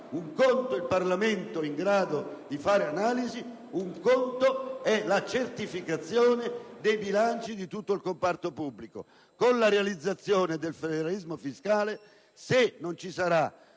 un conto è un Parlamento in grado di fare analisi, un altro è la certificazione dei bilanci di tutto il comparto pubblico. Con la realizzazione del federalismo fiscale, ho paura